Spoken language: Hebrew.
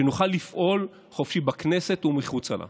שנוכל לפעול חופשי בכנסת ומחוצה לה.